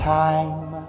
time